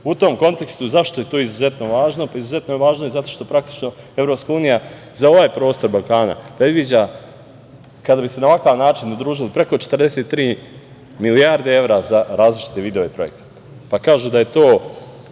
tom kontekstu, zašto je to izuzetno važno? Izuzetno je važno zato što praktično EU za ovaj prostor Balkana predviđa, kada bi se na ovakav način udružili, preko 43 milijarde evra za različite vidove projekata. Kažu da je to